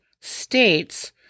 states